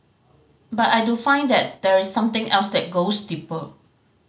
but I do find that there is something else that goes deeper